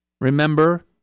Remember